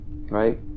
right